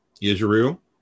Israel